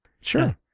Sure